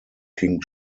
king